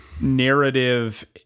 narrative